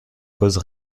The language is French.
cause